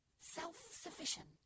self-sufficient